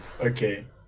Okay